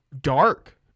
dark